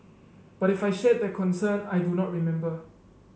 but if I shared their concern I do not remember